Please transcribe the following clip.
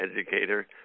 educator